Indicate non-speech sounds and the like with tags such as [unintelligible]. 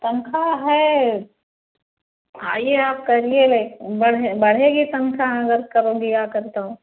तनख्वाह है आइए आप करिए [unintelligible] बढ़े बढ़ेगी तनख्वाह अगर करोगी आकर तो